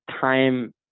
time